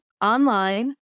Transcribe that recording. online